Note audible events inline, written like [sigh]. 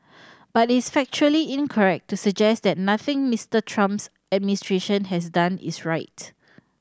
[noise] but is factually incorrect to suggest that nothing Mister Trump's administration has done is right